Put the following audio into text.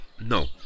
No